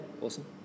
Awesome